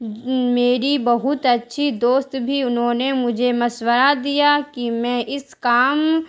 میری بہت اچھی دوست بھی انہوں نے مجھے مشورہ دیا کہ میں اس کام